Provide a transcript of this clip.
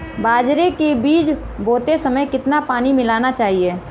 बाजरे के बीज बोते समय कितना पानी मिलाना चाहिए?